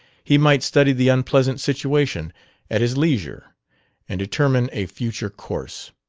he might study the unpleasant situation at his leisure and determine a future course.